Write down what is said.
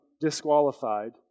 disqualified